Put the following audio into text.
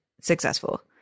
successful